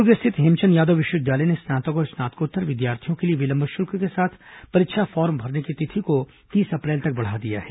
दुर्ग स्थित हेमचंद यादव विश्वविद्यालय ने स्नातक और स्नातकोत्तर विद्यार्थियों के लिए विलंब शुल्क के साथ परीक्षा फॉर्म भरने की तिथि को तीस अप्रैल तक बढ़ा दिया है